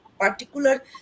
Particular